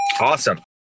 Awesome